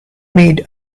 made